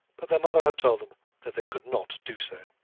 but their mother had told them that they could not do so.